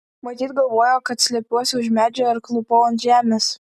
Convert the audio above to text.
matyt galvojo kad slepiuosi už medžio ar klūpau ant žemės